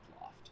loft